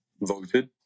voted